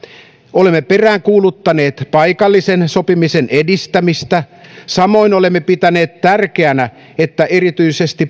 olemme peräänkuuluttaneet paikallisen sopimisen edistämistä samoin olemme pitäneet tärkeänä että erityisesti